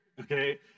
okay